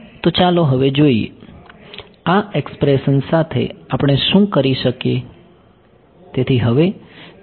તો ચાલો હવે જોઈએ આ એક્સપ્રેશન સાથે આપણે શું કરી શકીએ